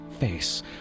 face